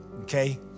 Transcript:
okay